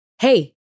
Hey